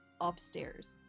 upstairs